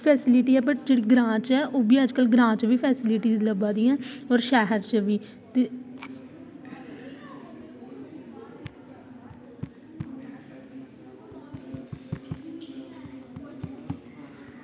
facility ऐ ओहबी अज्जकल ग्रांऽ च बी फेस्लिटी ऐ लब्भा दियां होर शैह्र च बी